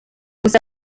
gusa